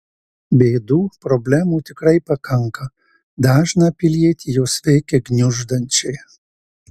bėdų problemų tikrai pakanka dažną pilietį jos veikia gniuždančiai